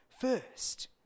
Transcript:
first